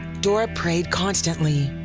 dora prayed constantly.